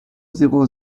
zéro